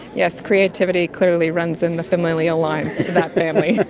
yes, creativity clearly runs in the familial lines of that family.